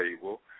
table